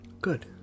Good